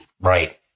Right